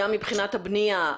גם מבחינת הבנייה?